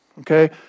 Okay